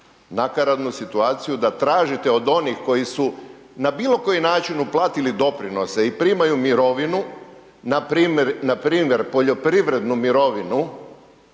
nakaradnu situaciju da tražite od onih koji su na bilo koji način uplatili doprinose i primaju mirovinu npr. poljoprivrednu mirovinu